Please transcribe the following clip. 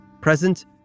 Present